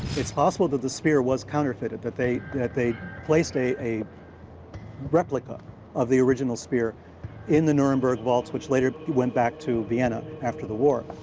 it's possible that the spear was counterfeited, that they that they placed a a replica of the original spear in the nuremberg vaults, which later went back to vienna after the war.